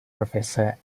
professor